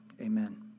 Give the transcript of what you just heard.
Amen